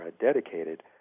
dedicated